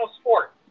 sport